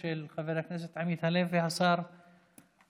של חבר הכנסת עמית הלוי השר ניסנקורן.